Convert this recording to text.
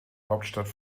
hauptstadt